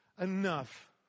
enough